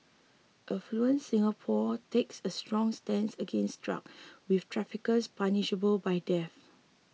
affluent Singapore takes a strong stance against drugs with traffickers punishable by death